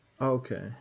Okay